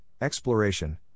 exploration